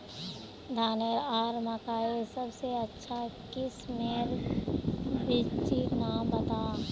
धानेर आर मकई सबसे अच्छा किस्मेर बिच्चिर नाम बता?